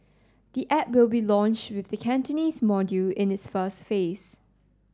the app will be launched with the Cantonese module in its first phase